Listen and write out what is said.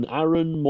Aaron